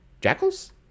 Jackals